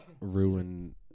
ruin